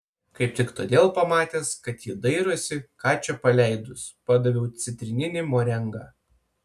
kaip tik todėl pamatęs kad ji dairosi ką čia paleidus padaviau citrininį morengą